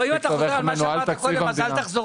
הוא נמצא